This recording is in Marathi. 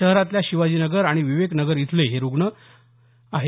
शहरातल्या शिवाजीनगर आणि विवेकनगर इथले हे रूग्ण आहेत